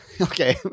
okay